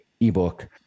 ebook